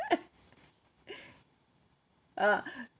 uh